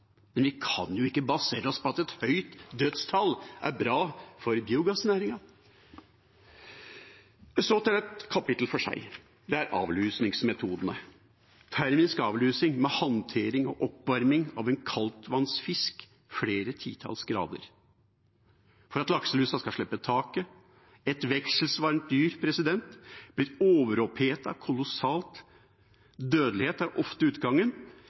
men vi kan jo ikke basere oss på at et høyt dødstall er bra for biogassnæringen. Så til et kapittel for seg: Det er avlusingsmetodene – termisk avlusing med handtering og oppvarming av en kaldtvannsfisk i flere titalls grader for at lakselusa skal slippe tapet. Et vekselvarmt dyr blir kolossalt overopphetet. Dødelighet er ofte utgangen,